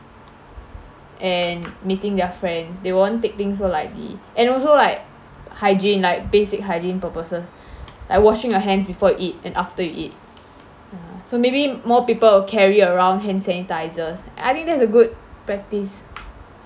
and meeting their friends they won't take things so lightly and also like hygiene like basic hygiene purposes like washing your hand before you eat and after you eat ya so maybe more people will carry around hand sanitisers I think that's a good practice